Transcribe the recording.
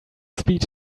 speech